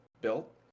built